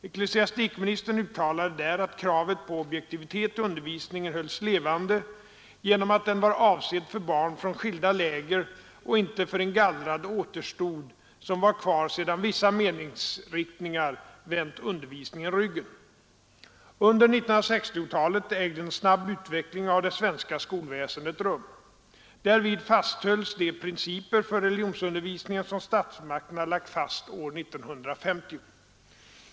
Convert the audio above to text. Ecklesiastikministern uttalade där att kravet på objektivitet i undervisningen hölls levande genom att den var avsedd för barn från skilda läger och inte för en gallrad återstod som var kvar sedan vissa meningsriktningar vänt undervisningen ryggen. Under 1960-talet ägde en snabb utveckling av det svenska skolväsendet rum. Därvid fasthölls de principer för religionsundervisningen som statsmakterna lagt fast år 1950.